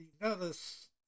notice